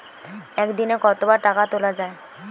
একদিনে কতবার টাকা তোলা য়ায়?